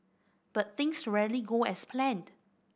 but things rarely go as planned